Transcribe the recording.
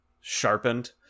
sharpened